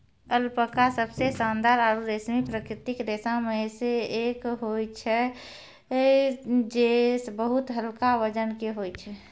alpaca सबसें शानदार आरु रेशमी प्राकृतिक रेशा म सें एक होय छै जे बहुत हल्का वजन के होय छै